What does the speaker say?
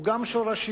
הוא גם שורשים,